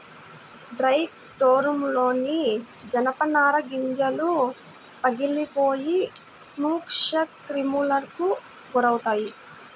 dry స్టోర్రూమ్లోని జనపనార గింజలు పగిలిపోయి సూక్ష్మక్రిములకు గురవుతాయి